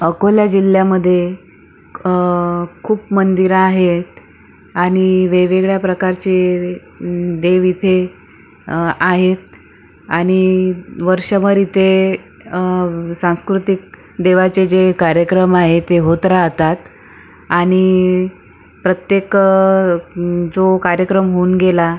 अकोला जिल्ह्यामध्ये खूप मंदिरं आहेत आणि वेगवेगळ्या प्रकारचे वे देव इथे आहेत आणि वर्षभर इथे सांस्कृतिक देवाचे जे कार्यक्रम आहेत ते होत राहतात आणि प्रत्येक जो कार्यक्रम होऊन गेला